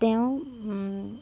তেওঁ